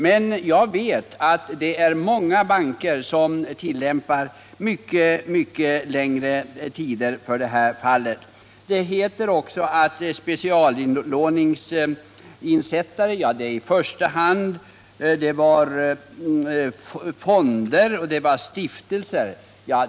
Men jag vet att det är många banker som tillämpar mycket längre tider för sådan inlåning. Det heter att specialinlåningsinsättare i första hand är fonder och stiftelser.